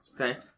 Okay